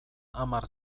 hamar